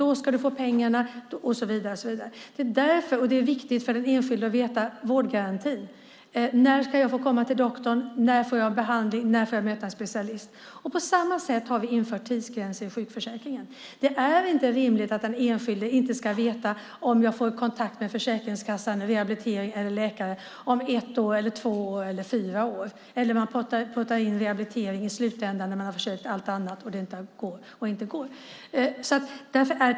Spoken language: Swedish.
Då ska du få pengarna och så vidare. Det är viktigt för den enskilde att känna till vårdgarantin. När ska jag få komma till doktorn? När får jag behandling? När får jag möta en specialist? På samma sätt har vi infört tidsgränser i sjukförsäkringen. Det är inte rimligt att den enskilde inte ska veta om man får kontakt med Försäkringskassan, rehabilitering eller läkare om ett år, två år eller fyra år, eller att rehabilitering puttas in i slutändan när allt annat har prövats.